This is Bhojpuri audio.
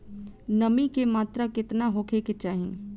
नमी के मात्रा केतना होखे के चाही?